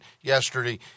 yesterday